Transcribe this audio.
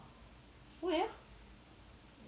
why ah